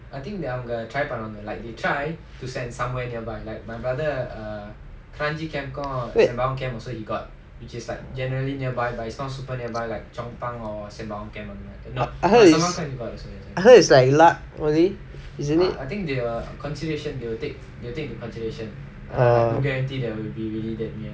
but I heard is I heard is like luck only isn't it oh